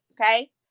Okay